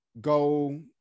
go